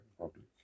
public